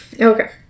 okay